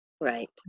Right